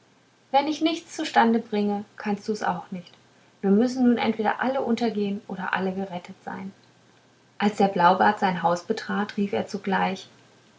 wenn ich's nicht zustande bringe kannst du's auch nicht wir müssen nun entweder alle untergehn oder alle gerettet sein als der blaubart sein haus betrat rief er sogleich